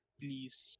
please